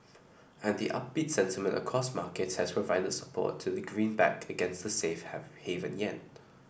and the upbeat sentiment across markets has provided support to the greenback against the safe have haven yen